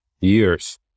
years